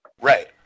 Right